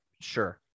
sure